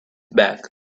bag